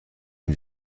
این